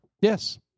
Yes